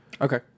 Okay